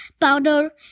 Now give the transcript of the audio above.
powder